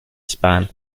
span